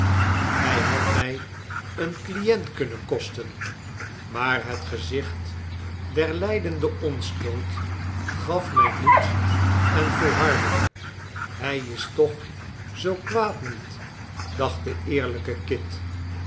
het had mij een client kunnen kosten maar het gezicht der lijdende onschuld gaf mij moed en volharding hij is toch zoo kwaad niet dacht de eerlijke kit